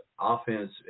offense